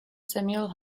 samuel